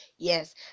Yes